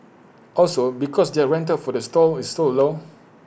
also because their rental for the stall is so low